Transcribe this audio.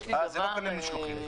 אה, זה לא כולל משלוחים.